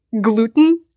gluten